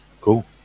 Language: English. Cool